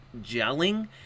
gelling